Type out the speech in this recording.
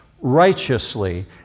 righteously